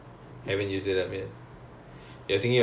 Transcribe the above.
no but I'm thinking of doing a language lah